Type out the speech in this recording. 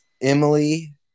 Emily